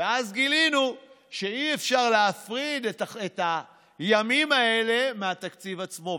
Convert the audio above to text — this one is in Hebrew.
ואז גילינו שאי-אפשר להפריד את הימים האלה מהתקציב עצמו,